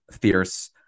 fierce